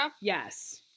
Yes